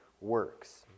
works